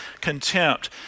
contempt